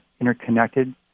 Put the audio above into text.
interconnected